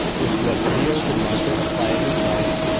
with what zeal did margaret apply herself,